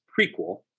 prequel